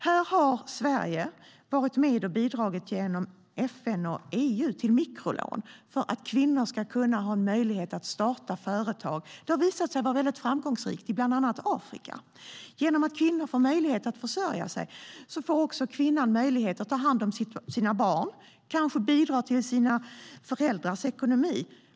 Här har Sverige varit med och bidragit genom FN och EU till mikrolån för att kvinnor ska ha en möjlighet att starta företag. Det har visat sig vara mycket framgångsrikt i bland annat Afrika. Genom att kvinnor får möjlighet att försörja sig får de också möjlighet att ta hand om sina barn och kanske möjlighet att bidra till sina föräldrars ekonomi.